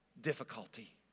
difficulty